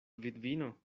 vidvino